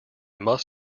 must